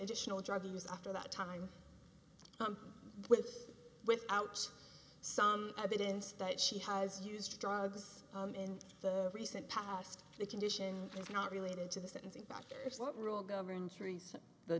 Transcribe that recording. additional drug use after that time with with out some evidence that she has used drugs in the recent past the condition is not related to the